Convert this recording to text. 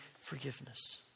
forgiveness